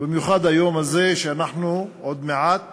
במיוחד היום הזה, כשעוד מעט